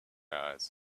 eyes